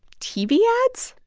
tv ads?